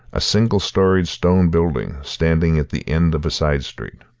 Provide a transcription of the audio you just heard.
a single-storied stone building standing at the end of a side street.